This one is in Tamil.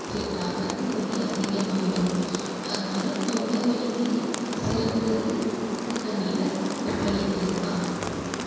செட்டாகாது வலி அதிகமாகிடும் அதனால் தொண்டை வலிக்கு சிறந்தது உப்பு தண்ணியில் கொப்பளிக்கிறது தான்